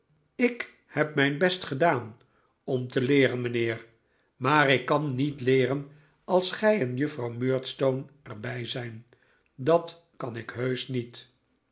ik heb mijn best gedaan om te leeren mijnheer maar ik kan niet leeren als gij en juffrouw murdstone er bij zijn dat kan ik heusch niet